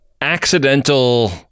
accidental